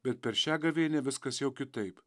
bet per šią gavėnią viskas jau kitaip